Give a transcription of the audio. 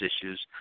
issues